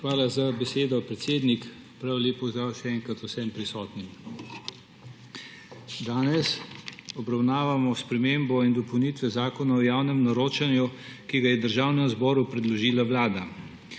Hvala za besedo, predsednik. Prav lep pozdrav še enkrat vsem prisotnim! Danes obravnavamo spremembo in dopolnitve Zakona o javnem naročanju, ki ga je Državnemu zboru predložila Vlada.